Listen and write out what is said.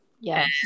Yes